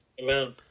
Amen